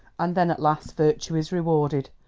and then at last virtue is rewarded.